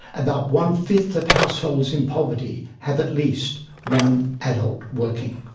about one fifth of households in poverty have at least one adult working.